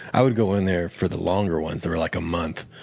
i would go in there for the longer ones that were like a month.